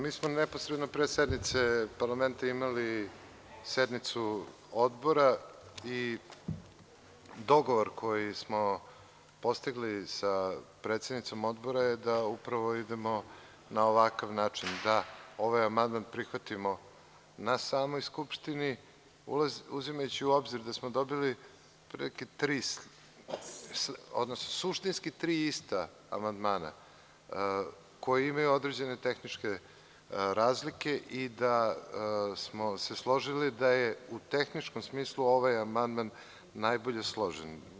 Mi smo neposredno pre sednice parlamenta imali sednicu odbora i dogovor koji smo postigli sa predsednicom odbora je da upravo idemo na ovakav način da ovaj amandman prihvatimo na samoj skupštini, uzimajući u obzir da smo dobili otprilike tri, odnosno suštinski tri ista amandmana koji imaju određene tehničke razlike i da smo se složili da je u tehničkom smislu ovaj amandman najbolje složen.